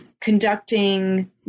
conducting